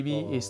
orh